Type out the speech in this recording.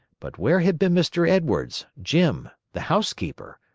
but where had been mr. edwards, jim, the housekeeper?